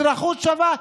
אזרחות שווה,